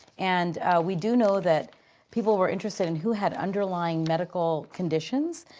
and we do know that people were interested in who had underlying medical conditions.